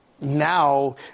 now